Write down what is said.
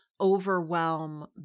overwhelm